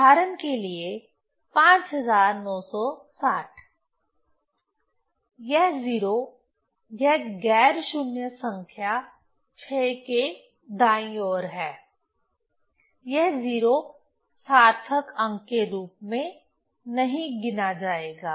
उदाहरण के लिए 5960 यह 0 यह गैर शून्य संख्या 6 के दाईं ओर है यह 0 सार्थक अंक के रूप में नहीं गिना जाएगा